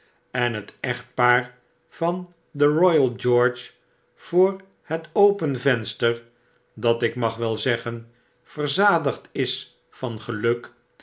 en het echtpaar van den royal george voor het open venster dat ik mag wel zeggen verzadigd is van geluk